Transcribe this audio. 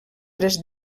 tres